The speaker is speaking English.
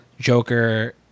joker